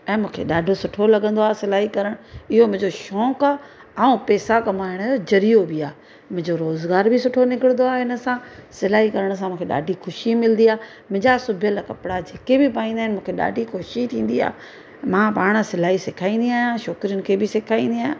ऐं मूंखे ॾाढो सुठो लॻंदो आहे सिलाई करणु इहो मुंहिंजो शौक़ु आहे ऐं पैसा कमाइण जो ज़रियो बि आहे मुंहिंजो रोज़गार बि सुठो निकिरंदो आहे हिन सां सिलाई करण सां मूंखे ॾाढी ख़ुशी मिलंदी आहे मुंहिंजा सिबियल कपिड़ा जेके बि पाईंदा आहिनि मूंखे ॾाढी ख़ुशी थींदी आहे मां पाणि सिलाई सिखारींदी आहियां छोकिरियुनि खे बि सेखारींदी आहियां